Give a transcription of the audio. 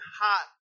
hot